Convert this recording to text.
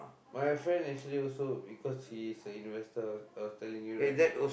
my friend actually also because he staying west side I was telling you right